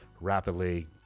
rapidly